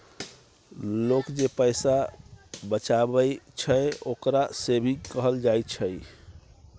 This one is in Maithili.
लोक जे पैसा बचाबइ छइ, ओकरा सेविंग कहल जाइ छइ